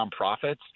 nonprofits